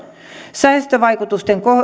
säästövaikutusten